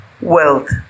wealth